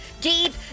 deep